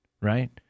right